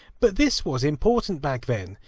but this was important back then.